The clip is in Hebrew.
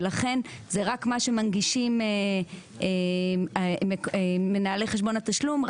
לכן, זה רק מה שמנגישים מנהלי חשבון התשלום.